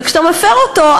וכשאתה מפר אותו,